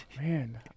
man